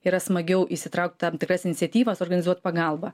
yra smagiau įsitraukt tam tikras iniciatyvas organizuot pagalbą